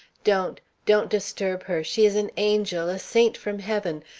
don't, don't disturb her! she is an angel, a saint from heaven.